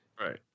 right